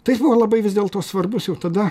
tai buvo labai vis dėl to svarbus jau tada